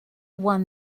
won